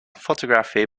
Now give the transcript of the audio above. photography